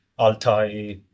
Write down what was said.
Altai